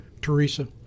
Teresa